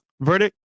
verdict